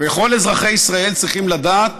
וכל אזרחי ישראל צריכים לדעת